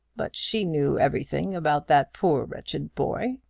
but she knew everything about that poor wretched boy.